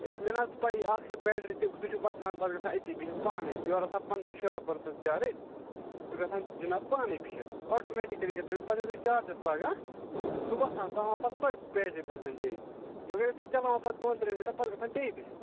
ہے مےٚ نَہ حظ چھِ پیی اَکھ چھِ بیٹرٛی تہِ سُہ چھُ وۄتھان پتہٕ گَژھان أتی بِہِتھ پانَے یورٕ آسان پنٛداہ شُراہ پٔرسنٛٹ چارٕج سُہ گَژھان جِناب پانَے بِہِتھ آٹومیٹِکٔلی گَژھان پتہٕ یُتھٕے چارجَس لاگان سُہ وۄتھان سُہ ہاوان پتہٕ سۄے بیٹرٛی پٔرسنٹیج مگر یُتھٕے چَلاوان پتہٕ دۄن ترٛٮ۪ن مِنٹَن پتہٕ گَژھان بیٚیہِ بِہِتھ